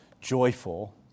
joyful